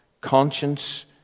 Conscience